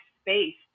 space